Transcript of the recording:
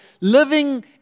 living